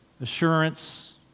assurance